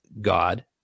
god